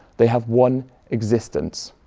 they have one existence.